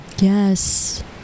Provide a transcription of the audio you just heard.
Yes